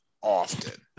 often